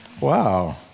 wow